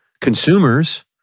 consumers